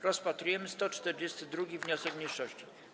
Rozpatrujemy 148. wniosek mniejszości.